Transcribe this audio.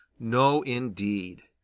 no indeed.